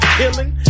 killing